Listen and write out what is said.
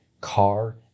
car